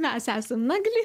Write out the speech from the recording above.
mes esam nagli